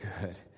good